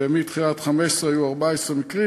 ומתחילת 2015 היו 14 מקרים.